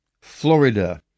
Florida